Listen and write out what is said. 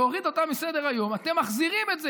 להוריד אותה מסדר-היום, אתם מחזירים את זה.